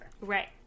Right